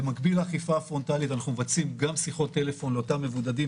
במקביל לאכיפה הפרונטלית אנחנו מבצעים גם שיחות טלפון לאותם מבודדים